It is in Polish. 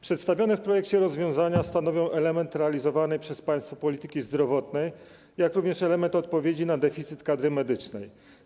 Przedstawione w projekcie rozwiązania stanowią element realizowanej przez państwo polityki zdrowotnej, jak również element odpowiedzi na deficyt kadry medycznej.